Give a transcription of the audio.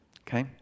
Okay